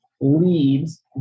leads